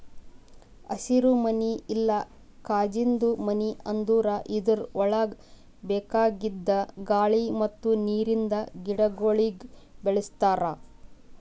ಹಸಿರುಮನಿ ಇಲ್ಲಾ ಕಾಜಿಂದು ಮನಿ ಅಂದುರ್ ಇದುರ್ ಒಳಗ್ ಬೇಕಾಗಿದ್ ಗಾಳಿ ಮತ್ತ್ ನೀರಿಂದ ಗಿಡಗೊಳಿಗ್ ಬೆಳಿಸ್ತಾರ್